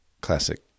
classic